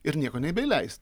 ir nieko nebeįleis